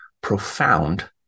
profound